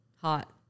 Hot